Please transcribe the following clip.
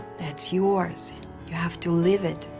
that's yours you have to live it